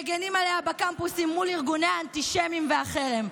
מגינים עליה בקמפוסים מול ארגוני האנטישמים והחרם.